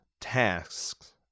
tasks